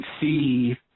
see